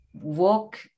walk